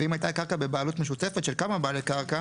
ואם הייתה הקרקע בבעלות משותפת של כמה בעלי קרקע